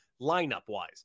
lineup-wise